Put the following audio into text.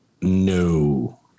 no